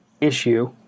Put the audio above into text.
issue